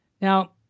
Now